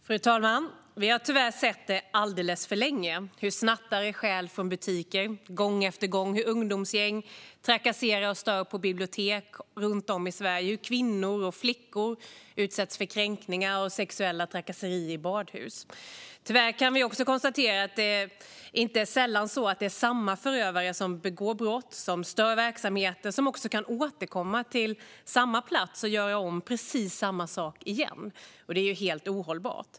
Fru talman! Vi har tyvärr alldeles för länge sett hur snattare gång på gång stjäl från butiker, hur ungdomsgäng trakasserar och stör på bibliotek runt om i Sverige och hur kvinnor och flickor utsätts för kränkningar och sexuella trakasserier i badhus. Tyvärr kan vi också konstatera att det inte sällan är samma förövare som begår brott, som stör verksamheter och som också kan återkomma till samma plats och göra om precis samma sak igen. Det är helt ohållbart.